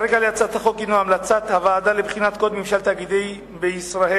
הרקע להצעת החוק הינו המלצות הוועדה לבחינת קוד ממשל תאגידי בישראל,